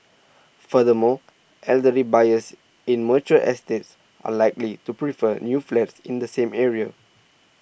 furthermore elderly buyers in mature estates are likely to prefer new flats in the same area